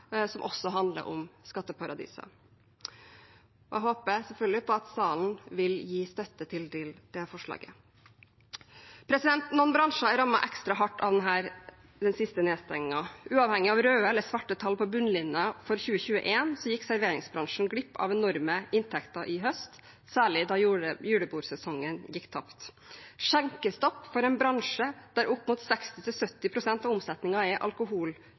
også handler om skatteparadiser. Jeg håper selvfølgelig på at salen vil gi støtte til forslaget vårt. Noen bransjer er rammet ekstra hardt av den siste nedstengingen. Uavhengig av røde eller svarte tall på bunnlinjen for 2021 gikk serveringsbransjen glipp av enorme inntekter i høst, særlig da julebordsesongen gikk tapt. Skjenkestopp for en bransje der opp mot 60–70 pst. av omsetningen er